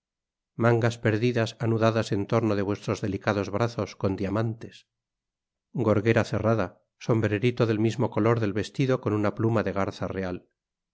mangas perdidas anudadas en torno de vuestros delicados brazos con diamantes gorgnera cerrada sombrerito del mismo color del vestido con una pluma de garza real